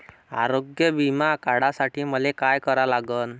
आरोग्य बिमा काढासाठी मले काय करा लागन?